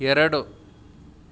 ಎರಡು